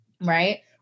right